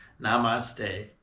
namaste